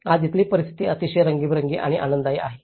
आज इथली परिस्थिती अतिशय रंगीबेरंगी आणि आनंदी आहे